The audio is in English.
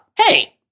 hey